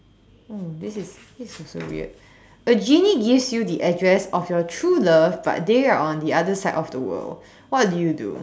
um this is this is also weird a genie gives you the address of your true love but they are on the other side of the world what do you do